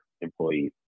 employees